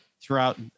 throughout